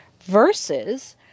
versus